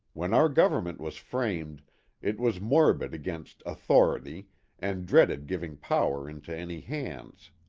when our government was framed it was morbid against authority and dreaded giving power into any hands.